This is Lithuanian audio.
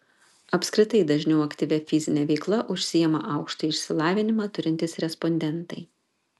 apskritai dažniau aktyvia fizine veikla užsiima aukštąjį išsilavinimą turintys respondentai